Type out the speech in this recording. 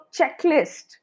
checklist